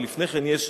ולפני כן יש,